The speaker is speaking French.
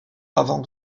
avant